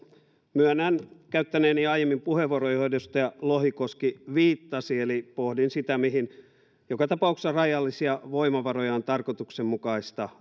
myönnän käyttäneeni aiemmin puheenvuoron johon edustaja lohikoski viittasi eli pohdin sitä mihin joka tapauksessa rajallisia voimavaroja on tarkoituksenmukaista